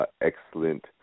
excellent